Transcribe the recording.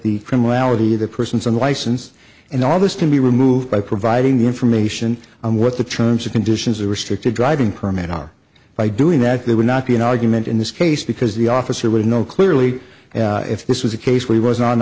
of the persons on the license and all this can be removed by providing information on what the terms of conditions or restricted driving permit are by doing that there would not be an argument in this case because the officer would know clearly if this was a case where he was